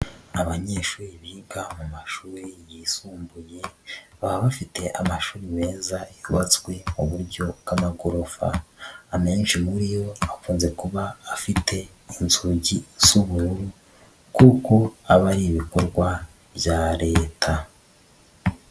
Abanyeshuri biga mu mashuri yisumbuye baba bafite amashuri meza yubatswe mu buryo bw'amagorofa, amenshi muri yo akunze kuba afite inzugi z'ubururu kuko aba ari ibikorwa bya Leta.